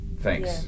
thanks